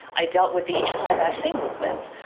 i dealt with the anti vaccine movement.